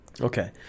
Okay